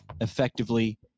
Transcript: effectively